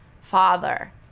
Father